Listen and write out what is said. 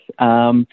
yes